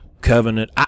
Covenant